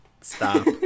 Stop